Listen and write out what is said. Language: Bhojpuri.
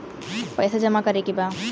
पैसा जमा करे के बा?